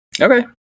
okay